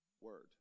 word